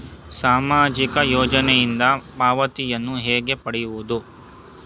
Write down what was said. ಸಾಮಾಜಿಕ ಯೋಜನೆಯಿಂದ ಪಾವತಿಯನ್ನು ಹೇಗೆ ಪಡೆಯುವುದು?